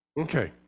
Okay